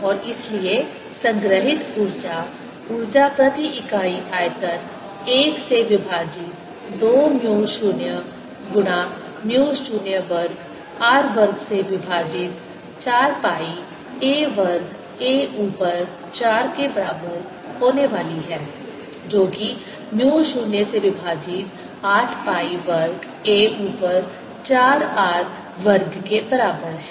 और इसलिए संग्रहित ऊर्जा ऊर्जा प्रति इकाई आयतन 1 से विभाजित 2 म्यू 0 गुना म्यू 0 वर्ग r वर्ग से विभाजित 4 पाई a वर्ग a ऊपर 4 के बराबर होने वाली है जो कि म्यू 0 से विभाजित 8 पाई वर्ग a ऊपर 4 r वर्ग के बराबर है